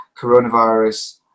coronavirus